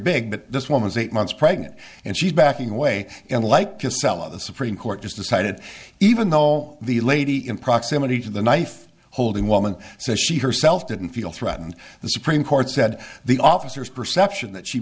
big but this woman is eight months pregnant and she's backing away and like to sell the supreme court decided even though the lady in proximity to the knife holding woman says she herself didn't feel threatened the supreme court said the officers perception that she